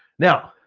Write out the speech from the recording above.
now,